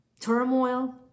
turmoil